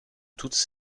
toutes